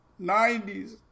90s